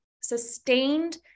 sustained